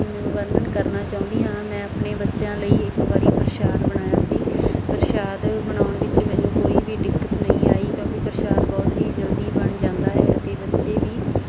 ਵਰਣਨ ਕਰਨਾ ਚਾਹੁੰਦੀ ਹਾਂ ਮੈਂ ਆਪਣੇ ਬੱਚਿਆਂ ਲਈ ਇੱਕ ਵਾਰੀ ਪ੍ਰਸ਼ਾਦ ਬਣਾਇਆ ਸੀ ਪ੍ਰਸ਼ਾਦ ਬਣਾਉਣ ਵਿੱਚ ਮੈਨੂੰ ਕੋਈ ਵੀ ਦਿੱਕਤ ਨਹੀਂ ਆਈ ਕਿਉਂਕਿ ਪ੍ਰਸ਼ਾਦ ਬਹੁਤ ਹੀ ਜਲਦੀ ਬਣ ਜਾਂਦਾ ਹੈ ਅਤੇ ਬੱਚੇ ਵੀ